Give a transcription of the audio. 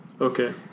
Okay